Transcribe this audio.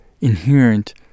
inherent